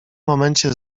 momencie